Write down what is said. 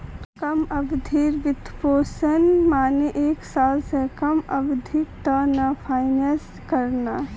कम अवधिर वित्तपोषण माने एक साल स कम अवधिर त न फाइनेंस करना